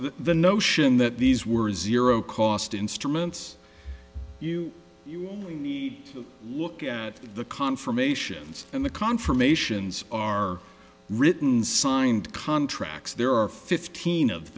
the notion that these were zero cost instruments you need look at the confirmations and the confirmations are written signed contracts there are fifteen of